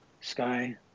Sky